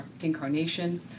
incarnation